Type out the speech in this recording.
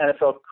NFL